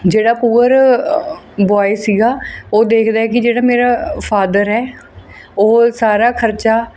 ਜਿਹੜਾ poor boy ਸੀਗਾ ਉਹ ਦੇਖਦਾ ਹੈ ਕਿ ਜਿਹੜਾ ਮੇਰਾ ਫਾਦਰ ਹੈ ਉਹ ਸਾਰਾ ਖ਼ਰਚਾ